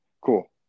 Cool